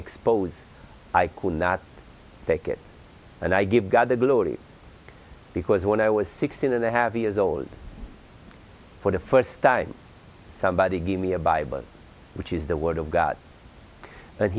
exposed i could not take it and i give god the glory because when i was sixteen and i have years old for the first time somebody gave me a bible which is the word of god and